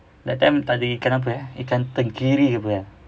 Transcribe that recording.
that time takde ikan apa eh ikan tenggiri ke apa eh